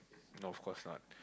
no of course not